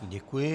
Děkuji.